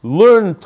learn